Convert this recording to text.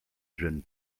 gêne